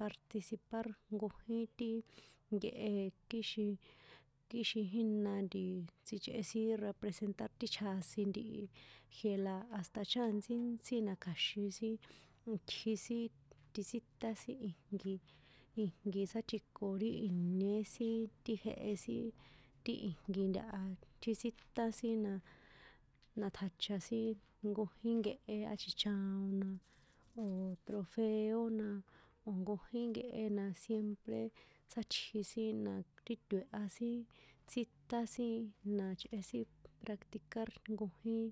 participar nkojín ti nkehe kixin, kixin jína ntiiii, tsjichꞌe sin representar ti chjasin ntihi, jie la hasta chaantsíntsí na kja̱xin sin itji sin ti tsíṭán sin ijnki, ijnki sátjiko ri ìñé sin ti jehe sin, ti ijnki ntahatjitsíṭán sin na, na ṭjacha sin nkojín nkehe á chichaon na o̱ trofeo na, o̱ nkjín nkehe na siempre sátji sin na, titoe̱ha sin tsjíṭán sin na chꞌe sin practicar nkojín.